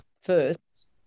first